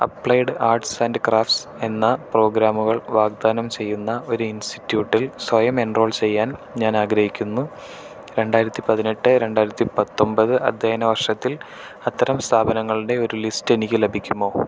applied arts and crafts എന്ന പ്രോഗ്രാമുകൾ വാഗ്ദാനം ചെയ്യുന്ന ഒരു ഇൻസ്റ്റിട്യൂട്ടിൽ സ്വയം എൻറോൾ ചെയ്യാൻ ഞാൻ ആഗ്രഹിക്കുന്നു രണ്ടായിരത്തി പതിനെട്ട് രണ്ടായിരത്തി പത്തൊമ്പത് അധ്യയന വർഷത്തിൽ അത്തരം സ്ഥാപനങ്ങളുടെ ഒരു ലിസ്റ്റ് എനിക്ക് ലഭിക്കുമോ